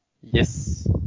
Yes